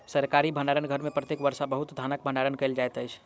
सरकारी भण्डार घर में प्रत्येक वर्ष बहुत धानक भण्डारण कयल जाइत अछि